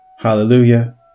Hallelujah